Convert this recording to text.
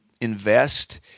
invest